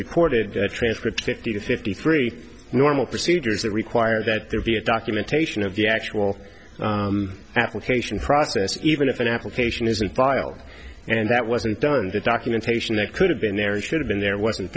recorded transcript fifty to fifty three normal procedures that require that there be a documentation of the actual application process even if an application is a file and that wasn't done in the documentation that could have been there should have been there wasn't